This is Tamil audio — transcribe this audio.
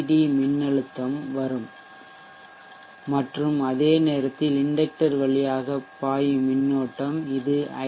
டி மின்னழுத்தம் வரும் மற்றும் அதே நேரத்தில் இண்டக்டர் வழியாக பாயும் மின்னோட்டம் இது ஐ